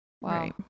Wow